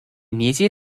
尼基